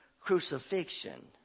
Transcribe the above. crucifixion